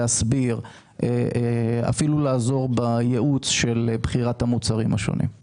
להסביר ואפילו לעזור בייעוץ של בחירת המוצרים השונים.